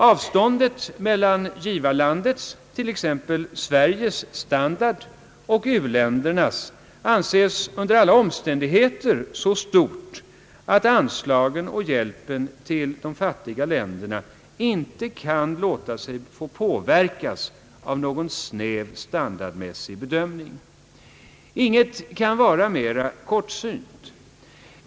Avståndet mellan givarlandets, t.ex. Sveriges, standard och u-länderna anses under alla omständigheter vara så stort att anslagen och hjälpen till de fattiga länderna inte kan låta sig påverka av någon snäv standardmässig bedömning. Inget kan vara mera kortsynt.